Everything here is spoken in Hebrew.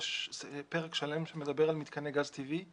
יש פרק שלם שמדבר על מתקני גז טבעי.